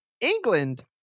England